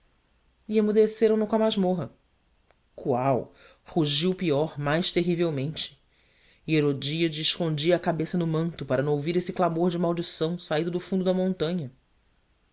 e emudeceram no com a masmorra qual rugiu pior mais terrivelmente e herodíade escondia a cabeça no manto para não ouvir esse clamor de maldição saído do fundo da montanha